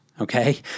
okay